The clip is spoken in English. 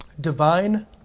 Divine